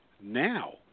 now